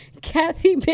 Kathy